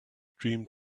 dream